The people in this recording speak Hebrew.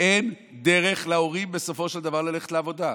אין דרך להורים בסופו של דבר ללכת לעבודה.